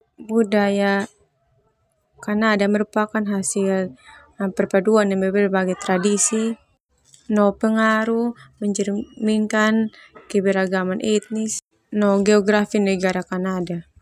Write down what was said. Budaya Kanada merupakan hasil perpaduan neme berbagai tradisi no pengaruh, mencerminkan keberagaman etnis no geografi negara Kanada.